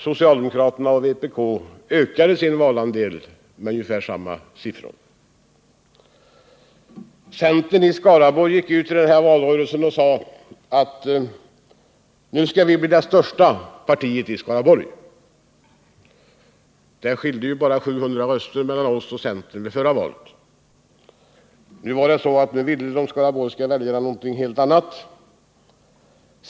Socialdemokraterna och vpk ökade sin väljarandel med ungefär samma antal. Centern i Skaraborg gick ut i valrörelsen och sade att man skulle bli det största partiet i länet; det skilde bara 700 röster mellan oss socialdemokrater och centern i förra valet. Nu ville emellertid de skaraborgska väljarna något helt annat.